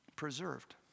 preserved